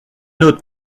notes